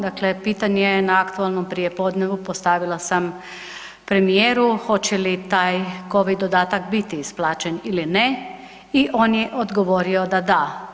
Dakle pitanje je na aktualnom prijepodnevu postavila sam premijeru hoće li taj covid dodatak biti isplaćen ili ne i on je odgovorio da da.